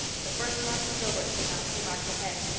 the first month gilbert came out three marks ahead.